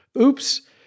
Oops